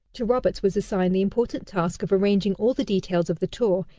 to roberts was assigned the important task of arranging all the details of the tour,